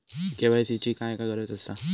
KYC ची काय गरज आसा?